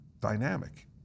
dynamic